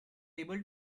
able